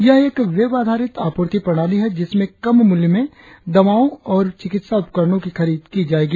यह एक वेव आधारित आपूर्ति प्रणाली है जिसमें कम मूल्य में दवाओ और चिकित्सा उपकरणो की खरीद की जायेगी